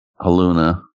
Haluna